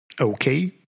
okay